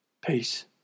Peace